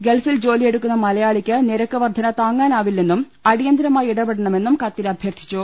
ഗൾഫിൽ ജോലിയെടുക്കുന്ന മലയാളിക്ക് നിരക്ക് വർധന താങ്ങാനാവില്ലെന്നും അടിയന്തരമായി ഇടപെടണമെന്നും കത്തിൽ അഭ്യർത്ഥിച്ചു